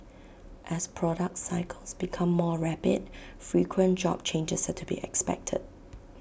as product cycles become more rapid frequent job changes are to be expected